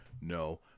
No